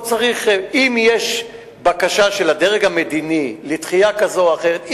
אם יש בקשה של הדרג המדיני לדחייה כזאת או אחרת,